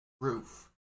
roof